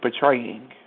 portraying